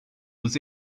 was